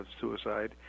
suicide